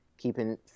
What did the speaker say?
keeping